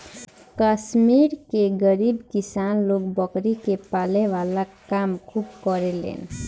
कश्मीर के गरीब किसान लोग बकरी के पाले वाला काम खूब करेलेन